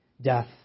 Death